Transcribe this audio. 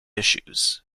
issues